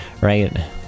right